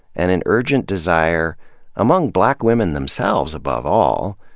and an urgent desire among black women themselves, above all,